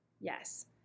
Yes